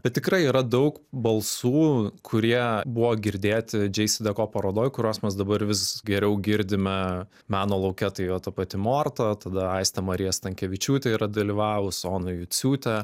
bet tikrai yra daug balsų kurie buvo girdėti džeisideko parodoj kuriuos mes dabar vis geriau girdime meno lauke tai jo ta pati morta tada aistė marija stankevičiūtė yra dalyvavus ona juciūtė